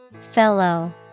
Fellow